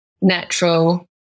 natural